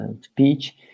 speech